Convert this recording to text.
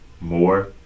More